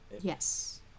Yes